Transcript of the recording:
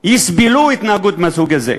יסבלו התנהגות מהסוג הזה.